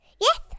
Yes